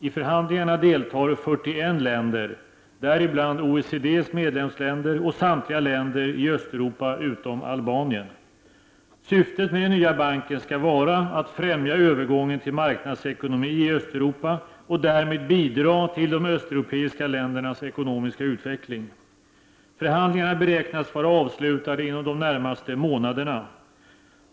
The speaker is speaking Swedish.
I förhandlingarna deltar 41 länder, däribland OECD:s medlemsländer och samtliga länder i Östeuropa utom Albanien. Syftet med den nya banken skall vara att främja övergången till marknadsekonomi i Östeuropa och därmed bidra till de östeuropiska ländernas ekonomiska utveckling. Förhandlingarna beräknas vara avslutade inom de närmaste månaderna.